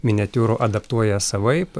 miniatiūrų adaptuoja savaip